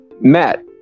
Matt